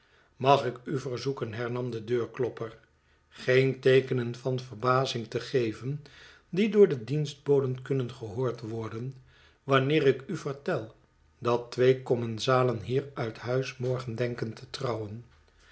mag ik u verzoeken hernam de deurklopper geen teekenen van verbazing te geven die door de dienstboden kunnen gehoord worden wanneer ik u vertel dat twee commensalen hier uit huis morgen denken te trouwen